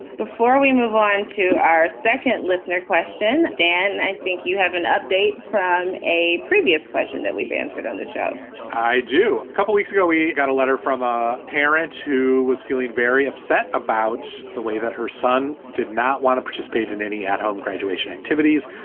before we move on to our second listener question. dan, i think you have an update from a previous question that we've answered on this show i do. a couple weeks ago, we got a letter from a parent who was feeling very upset about the way that her son did not want to participate in any at home graduation activities.